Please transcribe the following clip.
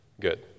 Good